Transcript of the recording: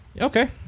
Okay